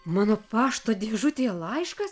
mano pašto dėžutėje laiškas